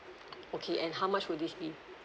okay and how much will this be